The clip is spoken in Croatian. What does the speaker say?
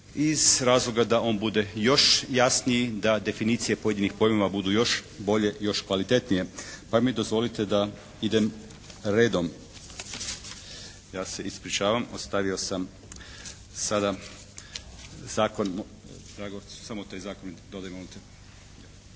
iz razloga da on bude još jasniji, da definicije pojedinih pojmova budu još bolje, još kvalitetnije, pa mi dozvolite da idem redom. Ja se ispričavam, ostavio sam zakon. Drago, samo taj zakon mi dodaj molim